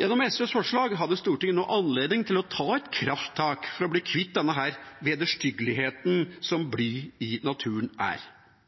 Gjennom SVs forslag hadde Stortinget nå anledning til å ta et krafttak for å bli kvitte denne vederstyggeligheten som bly i naturen er.